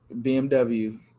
BMW